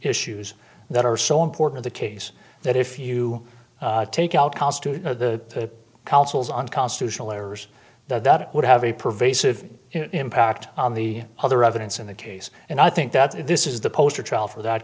issues that are so important the case that if you take out the council's unconstitutional errors that it would have a pervasive impact on the other evidence in the case and i think that this is the poster child for that